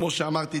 כמו שאמרתי,